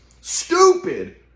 stupid